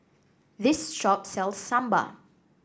this shop sells Sambar